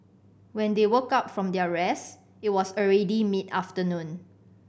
when they woke up from their rest it was already mid afternoon